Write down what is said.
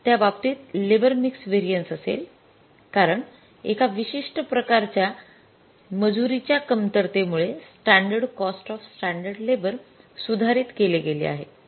त्या बाबतीत labour mix variances असेल कारण एका विशिष्ट प्रकारच्या मजुरीच्या कमतरतेमुळे standard cost of standard labour सुधारित केले गेले आहे